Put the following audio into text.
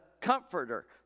comforter